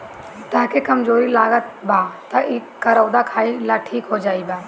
तहके कमज़ोरी लागत बा तअ करौदा खाइ लअ ठीक हो जइब